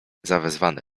zawezwany